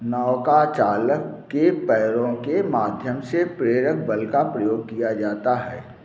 नौकाचालक के पैरों के माध्यम से प्रेरक बल का प्रयोग किया जाता है